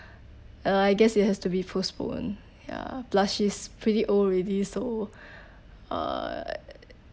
uh I guess it has to be postponed ya plus she's pretty old already so uh